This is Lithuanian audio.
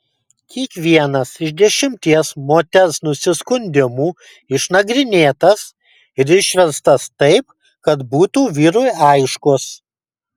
kiekvienas iš dešimties moters nusiskundimų išnagrinėtas ir išverstas taip kad būtų vyrui aiškus